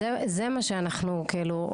זה מה שאנחנו כאילו,